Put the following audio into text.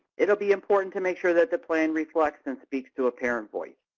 it will be important to make sure that the plan reflects and speaks to a parent voice.